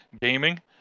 Gaming